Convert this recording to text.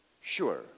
sure